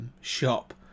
shop